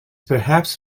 perhaps